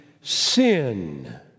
sin